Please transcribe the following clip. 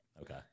Okay